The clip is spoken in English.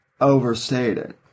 overstated